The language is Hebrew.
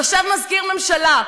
יושב מזכיר הממשלה,